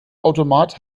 automat